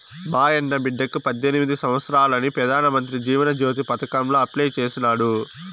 మాయన్న బిడ్డకి పద్దెనిమిది సంవత్సారాలని పెదానమంత్రి జీవన జ్యోతి పదకాంల అప్లై చేసినాడు